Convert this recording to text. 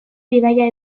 bidaia